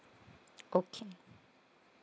okay